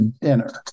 dinner